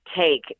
take